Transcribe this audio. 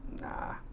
Nah